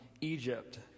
Egypt